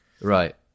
Right